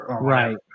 right